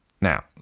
Now